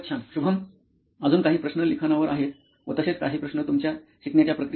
शुभम अजून काही प्रश्न लिखाणावर आहेत व तसेच काही प्रश्न तुमच्या शिकण्याच्या प्रक्रियेवर आहेत